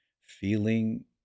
feeling